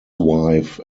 wife